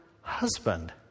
husband